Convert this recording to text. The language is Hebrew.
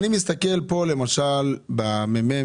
אני מסתכל פה על דוח המ.מ.מ.